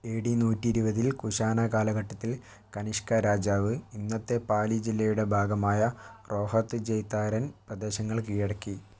AD നൂറ്റി ഇരുപതിൽ കുഷാന കാലഘട്ടത്തിൽ കനിഷ്കാ രാജാവ് ഇന്നത്തെ പാലി ജില്ലയുടെ ഭാഗമായ റോഹത്ത് ജെയ്താരൻ പ്രദേശങ്ങൾ കീഴടക്കി